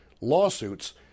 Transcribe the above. lawsuits